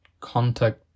contact